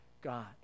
god